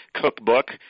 Cookbook